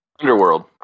Underworld